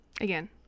again